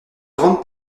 grande